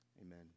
Amen